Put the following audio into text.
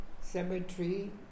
cemetery